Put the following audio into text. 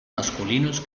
masculinos